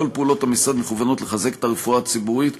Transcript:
כל פעולות המשרד מכוונות לחזק את הרפואה הציבורית,